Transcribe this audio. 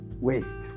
waste